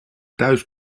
thuis